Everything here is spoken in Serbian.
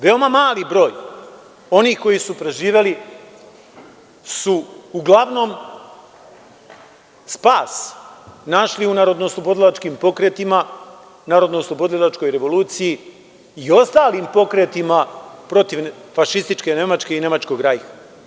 Veoma mali broj onih koji su preživeli su uglavnom spas našli u narodnooslobodilačkim okretima, narodnooslobodilačkoj revoluciji i ostalim pokretima protiv fašističke Nemačke i nemačkog Rajha.